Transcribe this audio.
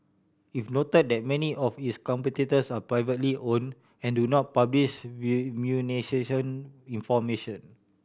it noted that many of its competitors are privately own and do not publish remuneration information